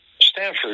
Stanford